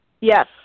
Yes